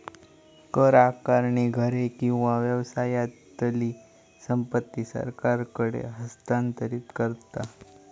कर आकारणी घरे किंवा व्यवसायातली संपत्ती सरकारकडे हस्तांतरित करता